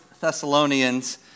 Thessalonians